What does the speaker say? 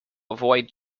avoid